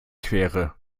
quere